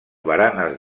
baranes